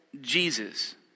Jesus